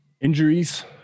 Injuries